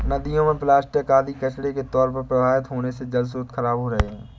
नदियों में प्लास्टिक आदि कचड़ा के तौर पर प्रवाहित होने से जलस्रोत खराब हो रहे हैं